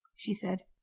she said.